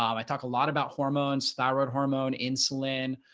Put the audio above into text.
um i talked a lot about hormones, thyroid hormone, insulin,